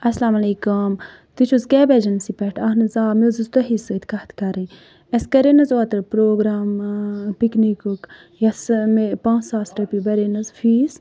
اَسَلامُ علیکُم تُہۍ چھِو حظ کیب ایجَنسی پٮ۪ٹھ اَہَن حظ آ مےٚ حظ ٲس تۄہی سۭتۍ کَتھ کَرٕنۍ اَسہِ کَرے نہٕ حظ اوترٕ پروگرام پِکنِکُک یۄسہٕ مےٚ پانٛژھ ساس رۄپیہِ بَرے نہٕ حظ فیٖس